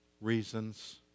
reasons